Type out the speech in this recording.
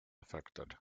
affected